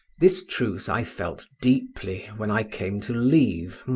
this truth i felt deeply when i came to leave,